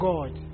God